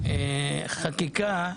את החקיקה,